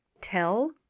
tell